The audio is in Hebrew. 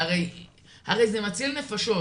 והרי זה מציל נפשות,